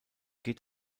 geht